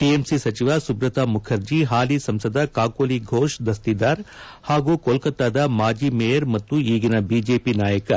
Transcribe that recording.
TMC ಸಚಿವ ಸುಬ್ರತಾ ಮುಖರ್ಜಿ ಹಾಲಿ ಸಂಸದ ಕಾಕೋಲಿ ಫೋಷ್ ದಸ್ತಿದಾರ್ ಹಾಗೂ ಕೊಲ್ಲತ್ತಾದ ಮಾಜಿ ಮೇಯರ್ ಮತ್ತು ಈಗಿನ ಬಿಜೆಪಿ ನಾಯಕ